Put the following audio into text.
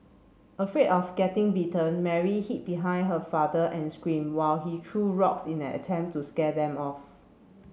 afraid of getting bitten Mary hid behind her father and screamed while he threw rocks in an attempt to scare them off